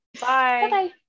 bye